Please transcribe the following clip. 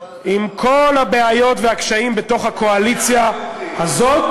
עם כל הבעיות והקשיים בתוך הקואליציה הזאת,